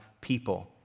people